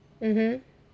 mmhmm